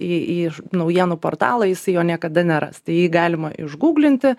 į į naujienų portalą jisai jo niekada neras tai į jį galima išgūglinti